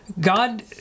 God